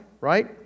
Right